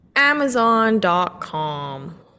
Amazon.com